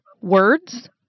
words